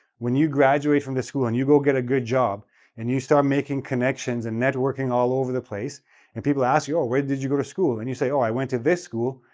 when you graduate from this school and you go get a good job and you start making connections and networking all over the place and people ask you, oh, where did you go to school? and you say oh, i went to this school,